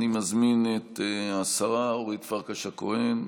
אני מזמין את השרה אורית פרקש הכהן.